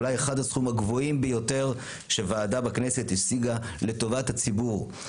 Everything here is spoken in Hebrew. אולי אחד הסכומים הגבוהים ביותר שוועדה בכנסת השיגה לטובת הציבור,